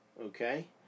okay